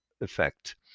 effect